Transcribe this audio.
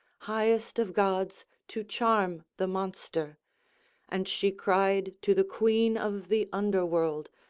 highest of gods, to charm the monster and she cried to the queen of the underworld,